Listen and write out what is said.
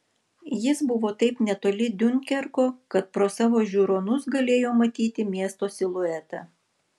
jis buvo taip netoli diunkerko kad pro savo žiūronus galėjo matyti miesto siluetą